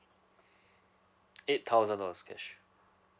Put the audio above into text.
eight thousand dollars cash